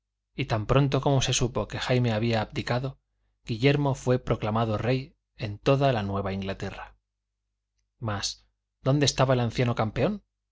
y tan pronto como se supo que jaime había abdicado guillermo fué proclamado rey en toda la nueva inglaterra mas dónde estaba el anciano campeón